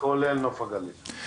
כולל נוף הגליל.